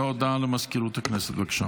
הודעה למזכירות הכנסת, בבקשה.